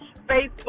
Facebook